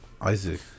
Isaac